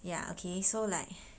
ya okay so like